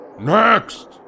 Next